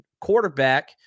quarterback